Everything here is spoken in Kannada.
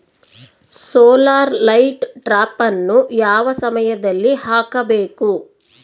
ಸೋಲಾರ್ ಲೈಟ್ ಟ್ರಾಪನ್ನು ಯಾವ ಸಮಯದಲ್ಲಿ ಹಾಕಬೇಕು?